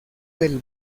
del